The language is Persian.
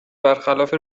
برخلاف